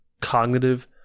cognitive